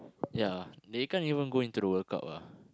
ya they can't even go into the World-Cup ah